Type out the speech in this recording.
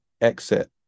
Exit